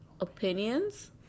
opinions